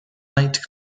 night